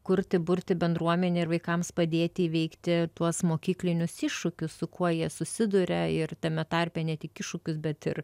kurti burti bendruomenę ir vaikams padėti įveikti tuos mokyklinius iššūkius su kuo jie susiduria ir tame tarpe ne tik iššūkius bet ir